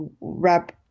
wrap